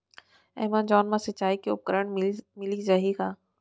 Amazon मा सिंचाई के उपकरण मिलिस जाही का?